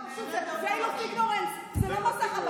פשוט Veil of Ignorance זה לא מסך הבערות.